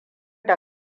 da